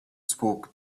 spoke